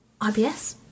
IBS